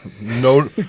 No